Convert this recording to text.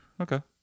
okay